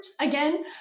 again